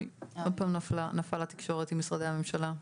אוי, עוד פעם נפלה התקשורת עם משרדי הממשלה.